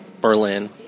Berlin